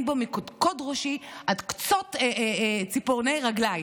בו מקודקוד ראשי עד קצות ציפורני רגליי.